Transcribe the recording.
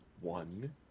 One